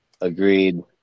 Agreed